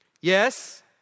Yes